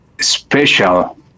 special